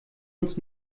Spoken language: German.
uns